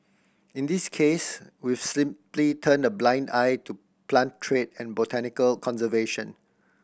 in this case we've simply turned a blind eye to plant trade and botanical conservation